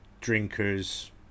drinkers